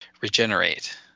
regenerate